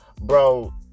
bro